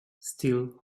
still